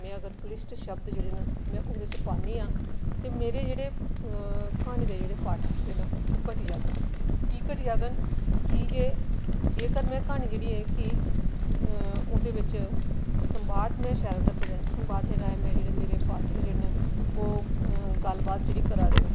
में अगर कुलिश्ट शब्द जेह्डे़ न में ओह्दे च पान्नी आं ते मेरे जेह्डे़ क्हानी दे पाठक जेह्डे़ न ओह् घटी जाङन की घटी जाङन की जे जेकर में क्हानी जेह्ड़ी ऐ कि ओह्दे बिच संवाद में शैल रक्खे दा ऐ संवाद दे राहें में जेह्डे़ मेरे पात्र जेह्डे़ न ओह् गल्लबात जेह्ड़ी करा दे न